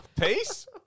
Peace